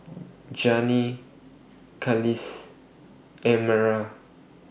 Jannie Carlisle and Amara